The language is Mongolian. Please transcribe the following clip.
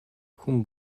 хүн